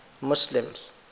Muslims